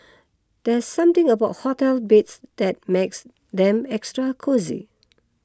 there's something about hotel beds that makes them extra cosy